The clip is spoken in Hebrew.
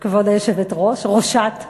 כבוד היושבת-ראש, ראשת הישיבה.